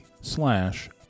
slash